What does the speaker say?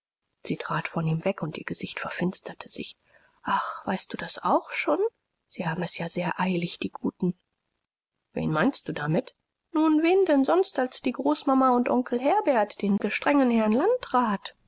sie trat von ihm weg und ihr gesicht verfinsterte sich ach weißt du das auch schon sie haben es ja sehr eilig die guten wen meinst du damit nun wen denn sonst als die großmama und onkel herbert den gestrengen herrn landrat